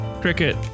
cricket